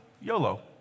YOLO